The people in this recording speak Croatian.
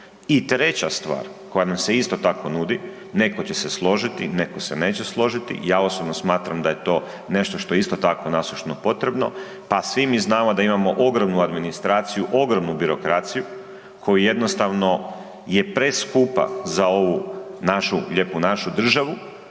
I treća stvar koja nam se isto tako nudi, neko će se složiti, neko se neće složiti, ja osobno smatram da to nešto što je isto tako nasušno potrebno. Pa svi mi znamo da imamo ogromnu administraciju, ogromnu birokraciju koju jednostavno je preskupa za ovu našu lijepu našu državu